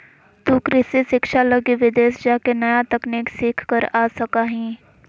तु कृषि शिक्षा लगी विदेश जाके नया तकनीक सीख कर आ सका हीं